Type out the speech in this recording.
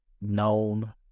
Known